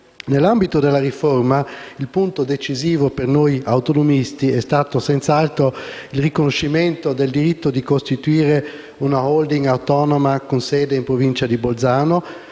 Nell'ambito della riforma il punto decisivo per noi autonomisti è stato senz'altro il riconoscimento del diritto di costituire una *holding* autonoma con sede in provincia di Bolzano,